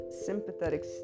sympathetic